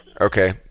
Okay